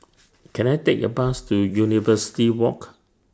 Can I Take A Bus to University Walk